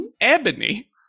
Ebony